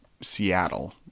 Seattle